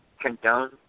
condone